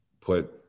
put